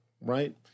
right